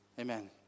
Amen